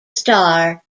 star